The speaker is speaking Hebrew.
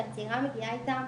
שהצעירה מביאה איתה.